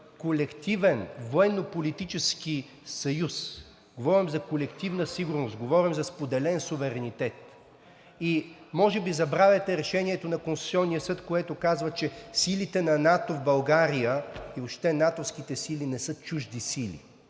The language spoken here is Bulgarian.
колективен военнополитически съюз, говорим за колективна сигурност, говорим за споделен суверенитет, и може би забравяте Решението на Конституционния съд, което казва, че силите на НАТО в България и въобще натовските сили не са чужди сили,